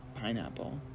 pineapple